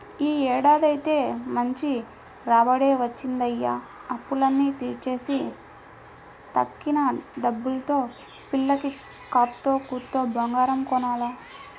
యీ ఏడాదైతే మంచి రాబడే వచ్చిందయ్య, అప్పులన్నీ తీర్చేసి తక్కిన డబ్బుల్తో పిల్లకి కాత్తో కూత్తో బంగారం కొనాల